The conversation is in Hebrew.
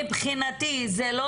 מבחינתי זה לא